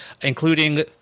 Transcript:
including